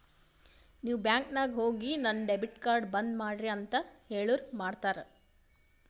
ನೀವ್ ಬ್ಯಾಂಕ್ ನಾಗ್ ಹೋಗಿ ನನ್ ಡೆಬಿಟ್ ಕಾರ್ಡ್ ಬಂದ್ ಮಾಡ್ರಿ ಅಂತ್ ಹೇಳುರ್ ಮಾಡ್ತಾರ